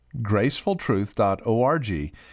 GracefulTruth.org